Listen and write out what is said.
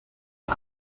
was